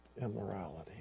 immorality